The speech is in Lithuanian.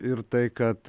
ir tai kad